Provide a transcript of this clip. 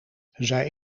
zij